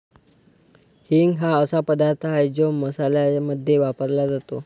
हिंग हा असा पदार्थ आहे जो मसाल्यांमध्ये वापरला जातो